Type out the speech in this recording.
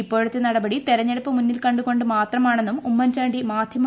ഇപ്പോഴത്തെ നടപടി തെരഞ്ഞെടുപ്പ് മുന്നിൽ കണ്ടുകൊണ്ട് മാത്രമാണെന്നും ഉമ്മൻചാണ്ടി മാധ്യമങ്ങളോട് പറഞ്ഞു